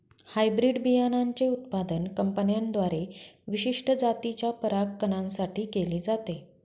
hybrid बियाणांचे उत्पादन कंपन्यांद्वारे विशिष्ट जातीच्या परागकणां साठी केले जाते